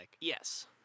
Yes